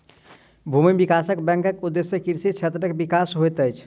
भूमि विकास बैंकक उदेश्य कृषि क्षेत्रक विकास होइत अछि